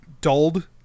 dulled